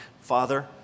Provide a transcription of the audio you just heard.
Father